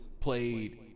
Played